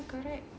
ya correct